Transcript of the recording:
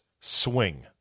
swing